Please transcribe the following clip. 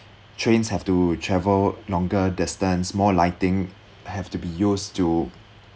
trains have to travel longer distance more lighting have to be used to